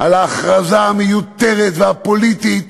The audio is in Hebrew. על ההכרזה המיותרת והפוליטית